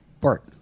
bart